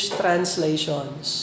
translations